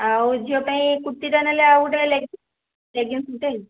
ଆଉ ଝିଅ ପାଇଁ କୁର୍ତ୍ତୀଟା ନେଲେ ଆଉ ଗୋଟେ ଲେଗିଂସ୍ ଲେଗିଂସ୍ ଗୋଟେ